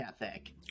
ethic